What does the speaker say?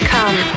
Come